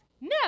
No